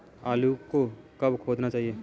आलू को कब खोदना चाहिए?